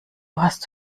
hast